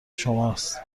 شماست